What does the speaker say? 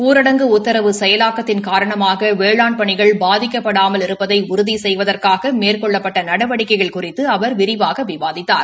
ஊரடங்கு உத்தரவு செயலாக்கத்தின் காரணமாக வேளாண் பணிகள் பாதிக்கப்படாமல் இருப்பதை உறுதி செய்வதற்காக மேற்கொள்ளப்பட்ட நடவடிக்கைகள் குறித்து அவர் விரிவாக விவாதித்தார்